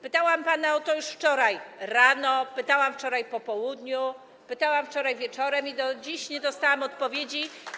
Pytałam pana o to już wczoraj rano, pytałam wczoraj po południu, pytałam wczoraj wieczorem i do dziś nie dostałam odpowiedzi.